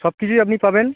সব কিছুই আপনি পাবেন